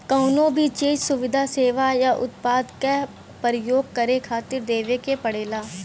कउनो भी चीज, सुविधा, सेवा या उत्पाद क परयोग करे खातिर कर देवे के पड़ेला